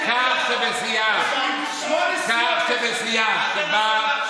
כך שכל רבנות מקומית תוכל להעניק השגחה בכל מקום בארץ,